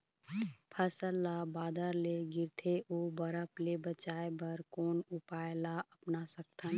फसल ला बादर ले गिरथे ओ बरफ ले बचाए बर कोन उपाय ला अपना सकथन?